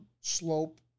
slope